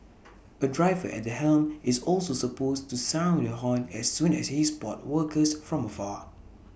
A driver at the helm is also supposed to sound the horn as soon as he spot workers from afar